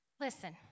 listen